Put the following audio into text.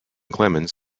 clemens